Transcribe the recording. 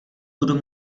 budu